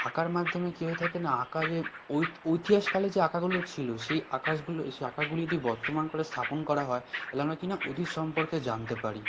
আঁকার মাধ্যমে কি হয়ে থাকে না আঁকা যে ইতিহাসকালে যে আঁকাগুলো ছিল সেই আঁকাগুলো এই সেই আঁকাগুলি যদি বর্তমানকালে স্থাপন করা হয় তাহলে আমরা কি না অতীত সম্পর্কে জানতে পারি